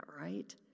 right